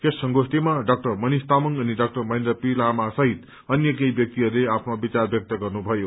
यस संगोष्ठीमा डाक्टर मनिष तामाङ अनि doctor Mahendra P लामाले सहित अन्य केही व्यक्तिवहस्ले आफ्ना विचार व्यक्त गरे